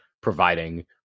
providing